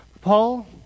Paul